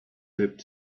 left